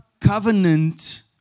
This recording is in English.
covenant